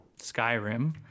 Skyrim